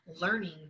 learning